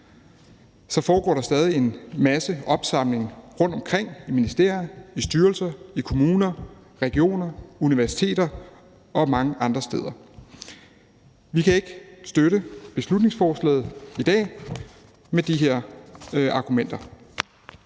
foregår der stadig masser af opsamling rundtomkring i ministerier, i styrelser, i kommuner, i regioner, på universiteter og mange andre steder. Med disse argumenter kan vi ikke støtte beslutningsforslaget i dag. Kl. 15:17 Den fg.